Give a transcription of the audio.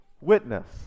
witness